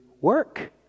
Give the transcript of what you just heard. work